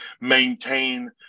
maintain